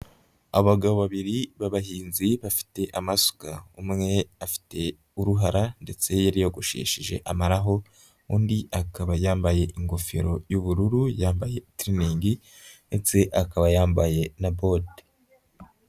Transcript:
Abagabo babiri b'abahinzi bafite amasuka, umwe afite uruhara ndetse yariyogoshesheje amaraho, undi akaba yambaye ingofero y'ubururu, yambaye itiriningi, ndetse akaba yambaye na bote.